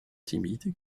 timide